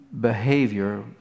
behavior